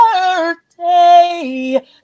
birthday